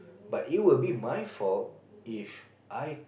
but it will be my fault If I